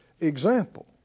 example